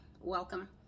welcome